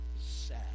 sad